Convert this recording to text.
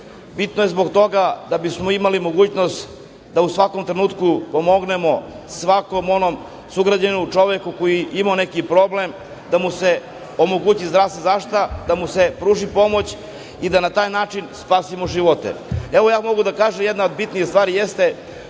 je zbog toga da bismo imali mogućnost da u svakom trenutku pomognemo svakom onom sugrađaninu, čoveku koji je imao neki problem, da mu se omogući zdravstvena zaštita, da mu se pruži pomoć i da na taj način spasimo živote. Evo ja mogu da kažem, jedna od bitnijih stvari jeste,